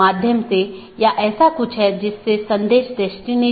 प्रत्येक EBGP router अलग autonomous system में हैं